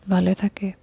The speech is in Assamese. ভালে থাকে